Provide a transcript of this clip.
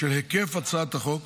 בשל היקף הצעת החוק,